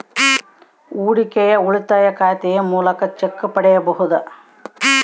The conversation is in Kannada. ಹೂಡಿಕೆಯ ಉಳಿತಾಯ ಖಾತೆಯ ಮೂಲಕ ಚೆಕ್ ಪಡೆಯಬಹುದಾ?